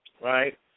right